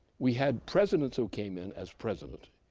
we had presidents who came in as president,